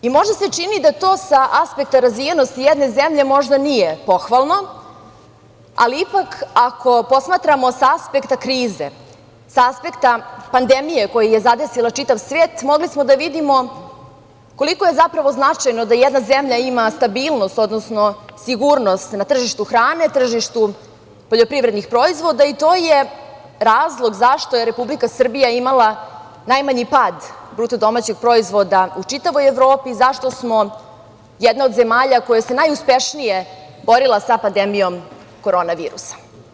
Možda se čini da to sa aspekta razvijenosti jedne zemlje možda nije pohvalno, ali ipak ako posmatramo sa aspekta krize, sa aspekta pandemije koja je zadesila čitav svet mogli smo da vidimo koliko je zapravo značajno da jedna zemlja ima stabilnost, odnosno sigurnost na tržištu hrane, na tržištu poljoprivrednih proizvoda i to je razlog zašto je Republika Srbija imala najmanji pad BDP u Evropi i zašto smo jedna od zemalja koja se najuspešnije borila sa pandemijom korona virusom.